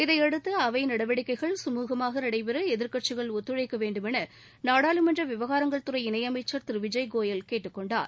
இதையடுத்து அவை நடவடிக்கைகள் குமூகமாக நடைபெற எதிர்க்கட்சிகள் ஒத்துழைக்க வேண்டுமௌ நாடாளுமன்ற விவகாரங்கள் துறை இணை அமைச்சர் திரு விஜய்கோயல் கேட்டுக் கொண்டார்